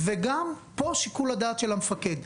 פה גם שיקול הדעת של המפקד.